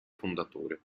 fondatore